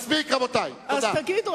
אז תגיד,